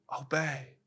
obey